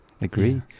agree